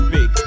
Big